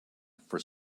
for